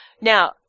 Now